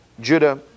Judah